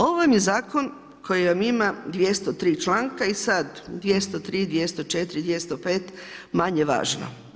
Ovo vam je zakon koji ima 203 članka i sada 203., 204., 205. manje važno.